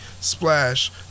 splash